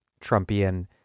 Trumpian